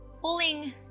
pulling